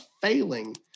failing